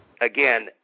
again